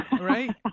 Right